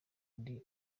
ndi